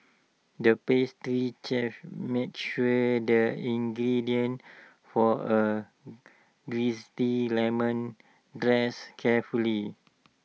the pastry chef measured the ingredients for A Zesty Lemon Dessert carefully